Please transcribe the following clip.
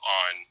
on